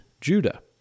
Judah